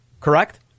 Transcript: Correct